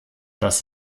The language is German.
das